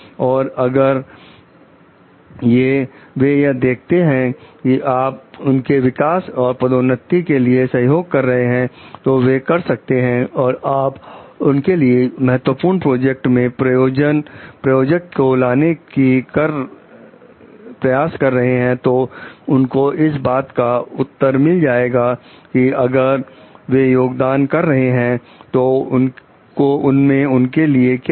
और अगर वे यह देखते हैं कि आप उनके विकास और पदोन्नति के लिए सहयोग कर रहे हैं तो वे कर सकते हैं और आप उनके लिए महत्वपूर्ण प्रोजेक्ट में प्रायोजक को लाने की कर रहे हैं तो उनको इस बात का उत्तर मिल जाएगा कि अगर वे योगदान कर रहे हैं तो उसमें उनके लिए क्या है